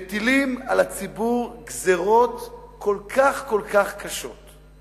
מטילים על הציבור גזירות כל כך כל כך קשות,